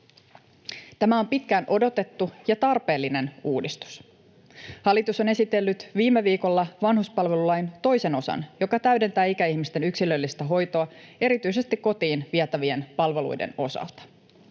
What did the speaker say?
Tämä on pitkään odotettu ja tarpeellinen uudistus. Hallitus on esitellyt viime viikolla vanhuspalvelulain toisen osan, joka täydentää ikäihmisten yksilöllistä hoitoa erityisesti kotiin vietävien palveluiden osalta.